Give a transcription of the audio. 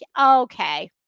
okay